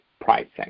pricing